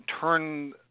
Turn